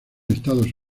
estados